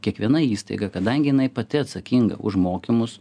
kiekviena įstaiga kadangi jinai pati atsakinga už mokymus